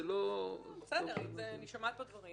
אבל אני שומעת פה דברים,